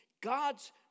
God's